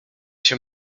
się